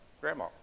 grandma